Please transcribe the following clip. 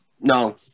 no